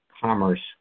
commerce